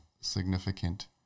significant